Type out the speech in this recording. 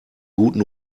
guten